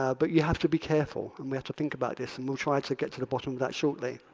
ah but you have to be careful. and we have to think about this and we'll try to get to the bottom of that shortly.